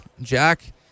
Jack